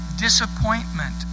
disappointment